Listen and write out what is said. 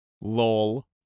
Lol